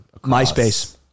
Myspace